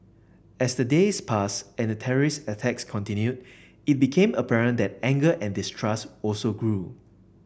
as the days passed and the terrorist attacks continued it became apparent that anger and distrust also grew